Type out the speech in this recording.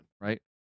right